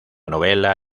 novela